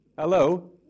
Hello